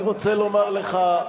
הוא משיב לך עכשיו.